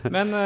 Men